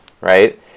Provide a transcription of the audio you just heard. right